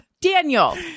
Daniel